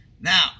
now